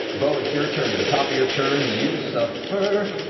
beau, it's your turn. at the top of your turn, you suffer